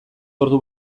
ordu